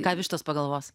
ką vištos pagalvos